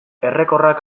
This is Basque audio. errekorrak